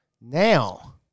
Now